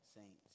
saints